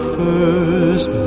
first